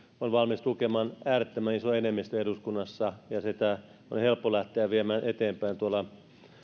on valmis tukemaan äärettömän iso enemmistö eduskunnassa ja sitä on helppo lähteä viemään eteenpäin tuolla